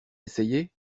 essayé